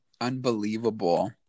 unbelievable